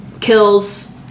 kills